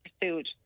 pursued